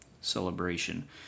celebration